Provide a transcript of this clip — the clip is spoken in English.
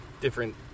different